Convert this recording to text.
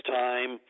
time